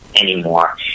anymore